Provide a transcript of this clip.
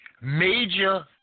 major